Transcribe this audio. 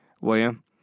William